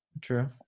True